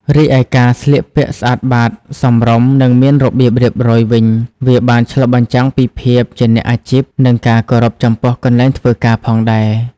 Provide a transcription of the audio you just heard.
រីឯការស្លៀកពាក់ស្អាតបាត សមរម្យ និងមានរបៀបរៀបរយវិញវាបាន ឆ្លុះបញ្ចាំងពីភាពជាអ្នកអាជីព និងការគោរពចំពោះកន្លែងធ្វើការផងដែរ។